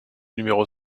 numéro